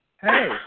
Hey